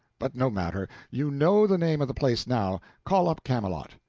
but no matter, you know the name of the place now. call up camelot.